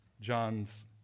John's